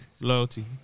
Loyalty